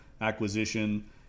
acquisition